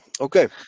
Okay